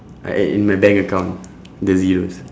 I add in my bank account the zeros